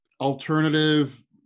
alternative